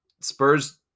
Spurs